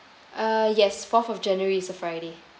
uh yes fourth of january is a friday